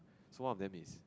so one of them is